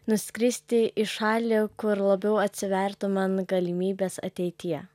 nuskristi į šalį kur labiau atsivertų man galimybės ateityje